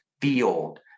field